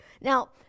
Now